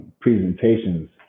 presentations